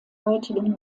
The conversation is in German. heutigen